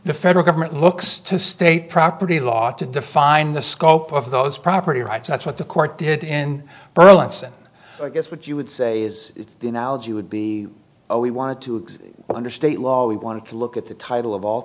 the federal government looks to state property law to define the scope of those property rights that's what the court did in burlington i guess what you would say is the analogy would be all we wanted to under state law we wanted to look at the title of all